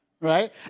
Right